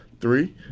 Three